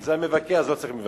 אם זה המבקר, אז לא צריך מבקר.